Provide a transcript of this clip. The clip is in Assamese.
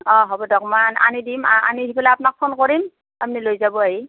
অ' হ'ব দক মই আ আনি দিম আনি দি ফালে আপোনাক ফোন কৰিম আপুনি লৈ যাব আহি